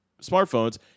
smartphones